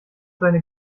seine